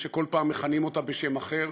שכל פעם מכנים אותה בשם אחר,